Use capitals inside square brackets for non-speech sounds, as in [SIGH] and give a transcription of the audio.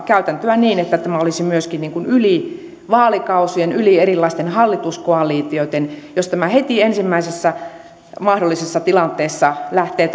käytäntöä niin että tämä olisi myöskin yli vaalikausien yli erilaisten hallituskoalitioitten jos tämä sopimus heti ensimmäisessä mahdollisessa tilanteessa lähtee [UNINTELLIGIBLE]